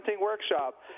workshop